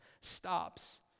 stops